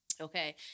Okay